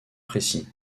précis